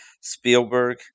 Spielberg